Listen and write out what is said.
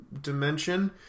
dimension